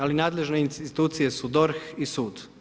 Ali nadležne institucije su DORH i sud.